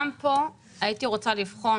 גם פה הייתי רוצה לבחון